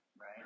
right